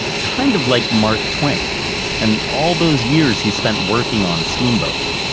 kind of like mark twain and all those years he spent working on steamboats,